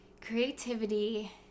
Creativity